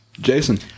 Jason